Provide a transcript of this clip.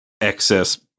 excess